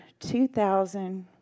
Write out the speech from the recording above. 2,000